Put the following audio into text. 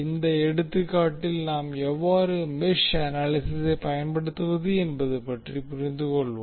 இந்த எடுத்துக்காட்டில் நாம் எவ்வாறு மெஷ் அனாலிசிஸிசை பயன்படுத்துவது என்பது பற்றி புரிந்துகொள்வோம்